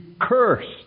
cursed